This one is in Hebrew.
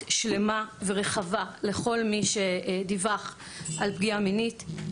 שלמה ורחבה לכל מי שדיווח על פגיעה מינית.